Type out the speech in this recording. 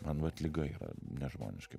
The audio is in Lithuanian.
man vat liga yra nežmoniškai